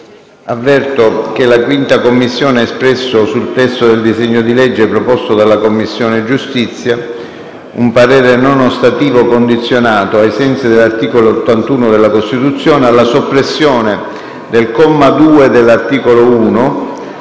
Avverto che la 5a Commissione ha espresso sul testo del disegno di legge proposto dalla Commissione giustizia un parere non ostativo condizionato, ai sensi dell'articolo 81 della Costituzione, alla soppressione del comma 2 dell'articolo 1.